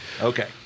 Okay